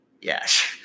Yes